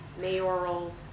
mayoral